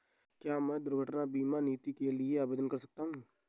क्या मैं दुर्घटना बीमा नीति के लिए आवेदन कर सकता हूँ?